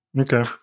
Okay